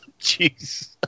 Jeez